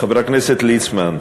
חבר הכנסת ליצמן,